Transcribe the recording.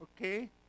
Okay